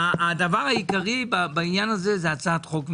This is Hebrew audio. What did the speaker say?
הדבר העיקרי בעניין הזה, זה הצעת חוק ממשלתית.